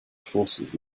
forces